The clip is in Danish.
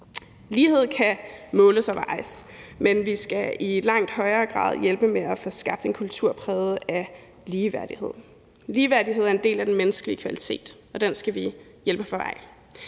Lighed kan måles og vejes, men vi skal i langt højere grad hjælpe med at få skabt en kultur præget af ligeværdighed. Ligeværdighed er en del af den menneskelige kvalitet, og den skal vi hjælpe på vej.